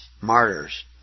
martyrs